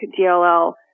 DLL